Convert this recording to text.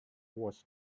was